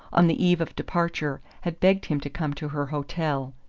on the eve of departure, had begged him to come to her hotel.